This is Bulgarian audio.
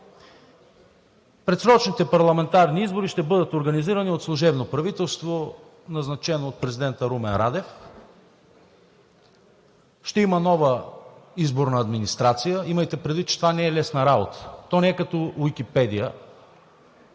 Предсрочните парламентарни избори ще бъдат организирани от служебно правителство, назначено от президента Румен Радев, ще има нова изборна администрация. Имайте предвид, че това не е лесна работа. То не е като „Уикипедия“